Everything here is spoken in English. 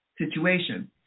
situation